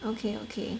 okay okay